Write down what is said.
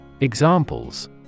Examples